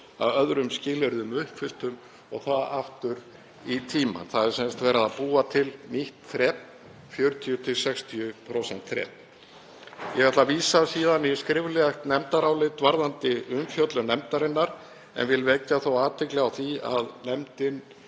að öðrum skilyrðum uppfylltum, og það aftur í tímann. Það er sem sagt verið að búa til nýtt þrep, 40–60% þrep. Ég ætla síðan að vísa í skriflegt nefndarálit varðandi umfjöllun nefndarinnar en vil þó vekja athygli á því að nefndin